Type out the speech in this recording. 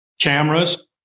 cameras